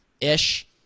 ish